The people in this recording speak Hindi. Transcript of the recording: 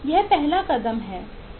यह पहला कदम है